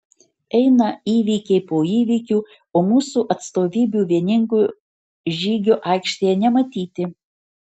eina įvykiai po įvykių o mūsų atstovybių vieningo žygio aikštėje nematyti